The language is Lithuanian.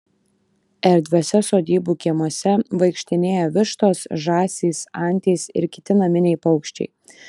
erdviuose sodybų kiemuose vaikštinėja vištos žąsys antys ir kiti naminiai paukščiai